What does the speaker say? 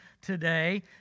today